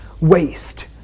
waste